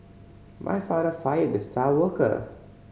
my father fired the star worker